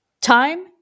Time